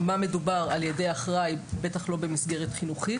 מה מדובר על ידי אחראי, בטח לא במסגרת חינוכית.